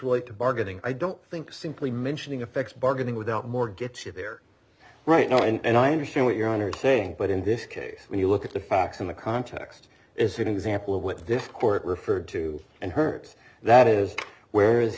relate to bargaining i don't think simply mentioning a fixed bargaining without more gets you there right now and i understand what you're on are saying but in this case when you look at the facts in the context is an example with this court referred to and hurts that is where is